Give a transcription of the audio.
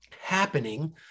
happening